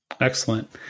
Excellent